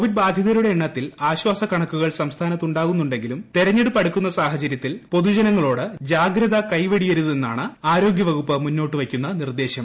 Covid ബാധിതരുടെ എണ്ണത്തിൽ ആശ്വാസ കണക്കുകൾ സംസ്ഥാനത്ത് ഉണ്ടാകുന്നുണ്ടെങ്കിലും തെരഞ്ഞെടുപ്പ് അടുക്കുന്ന സാഹചര്യത്തിൽ പൊതുജനങ്ങളോട് ജാഗ്രത കൈവെടിയരുതെന്നാണ് ആരോഗ്യവകുപ്പ് മുന്നോട്ട് വയ്ക്കുന്ന നിർദ്ദേശം